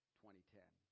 2010